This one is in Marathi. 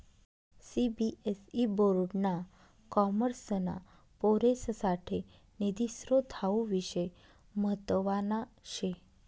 सीबीएसई बोर्ड ना कॉमर्सना पोरेससाठे निधी स्त्रोत हावू विषय म्हतवाना शे